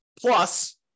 Plus